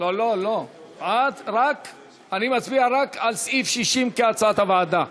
לא לא, אני מצביע רק על סעיף 60, כהצעת הוועדה.